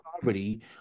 poverty